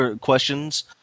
questions